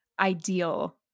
ideal